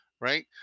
right